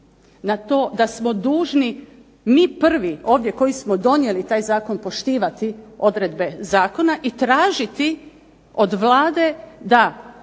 na to da smo dužni mi ovdje koji smo donijeli Zakon poštivati odredbe Zakona i tražiti od Vlade da